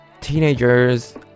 teenagers